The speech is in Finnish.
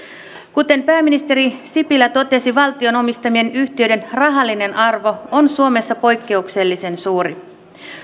kuten pääministeri sipilä totesi valtion omistamien yhtiöiden rahallinen arvo on suomessa poikkeuksellisen suuri